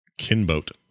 Kinboat